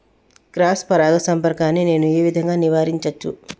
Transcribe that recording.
Cross పరాగ సంపర్కాన్ని నేను ఏ విధంగా నివారించచ్చు?